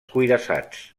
cuirassats